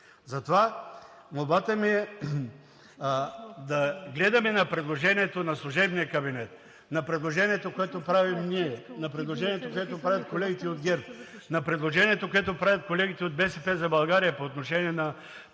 Затова молбата ми е да гледаме на предложението на служебния кабинет, на предложението, което правим ние, на предложението, което правят колегите от ГЕРБ, на предложението, което правят колегите от „БСП за България“, по отношение на